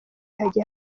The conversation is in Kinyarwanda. hagiye